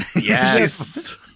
Yes